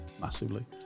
massively